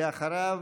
ואחריו,